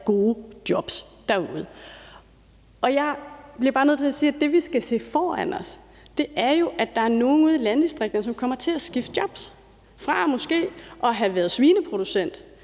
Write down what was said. gode jobs. Jeg bliver bare nødt til at sige, at det, vi skal se for os, er, at der er nogle ude i landdistrikterne, der kommer til at skifte jobs. Man går fra måske at have været svineproducent